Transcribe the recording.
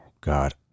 God